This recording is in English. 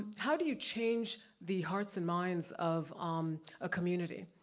how do you change the hearts and minds of um a community,